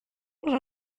what